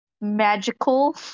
magical